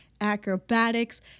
acrobatics